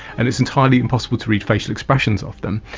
and it's entirely impossible to read facial expressions of them,